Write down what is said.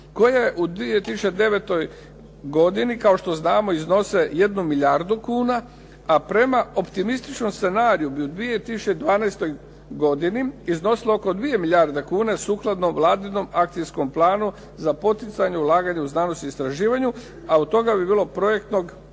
koje u 2009. godini kao što znamo iznose 1 milijardu kuna, a prema optimističnom scenariju bi u 2012. godini iznosilo oko 2 milijarde kuna sukladno vladinom akcijskom planu za poticanje ulaganja u znanost i istraživanje, a od toga bi bilo projektnog oko